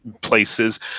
places